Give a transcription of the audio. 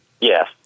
Yes